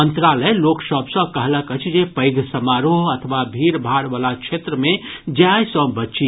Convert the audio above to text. मंत्रालय लोक सभ सँ कहलक अछि जे पैघ समारोह अथवा भीड़ भाड़ वला क्षेत्र मे जाय सँ बची